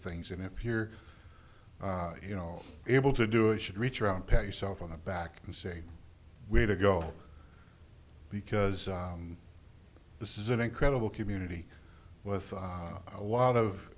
things and if you're you know able to do it should reach around pat yourself on the back and say where to go because this is an incredible community with a lot of